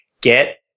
get